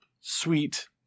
sweet